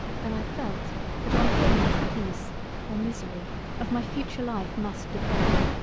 than i felt that on him the happiness or misery of my future life must depend.